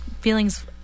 feelings